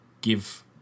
give